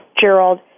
Gerald